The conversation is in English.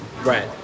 right